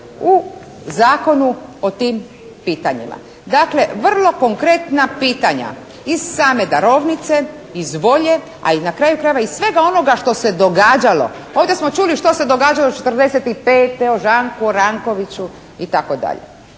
u zakonu o tim pitanjima. Dakle vrlo konkretna pitanja iz same darovnice, iz volje, a i na kraju krajeva i svega onoga što se događalo. Ovdje smo čuli što se događalo 45. o Žanku Odrankoviću itd. Dakle